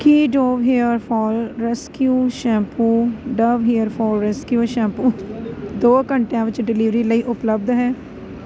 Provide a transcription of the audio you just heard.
ਕੀ Dove hair fall rescue shampoo Dove hair fall rescue shampoo ਦੋ ਘੰਟਿਆਂ ਵਿੱਚ delivery ਲਈ ਉਪਲੱਬਧ ਹੈ